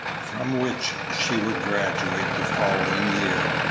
from which she would graduate the following year.